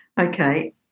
Okay